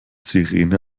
sirene